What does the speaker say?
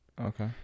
Okay